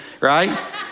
Right